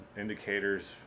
indicators